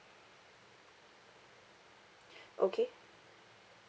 okay